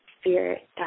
spirit